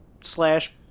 slash